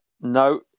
No